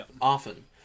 often